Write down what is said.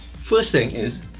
first thing is